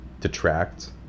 detract